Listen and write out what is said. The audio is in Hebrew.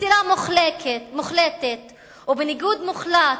בסתירה מוחלטת ובניגוד מוחלט,